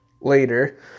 later